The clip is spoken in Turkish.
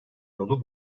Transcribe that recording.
yolu